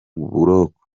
buroko